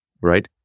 right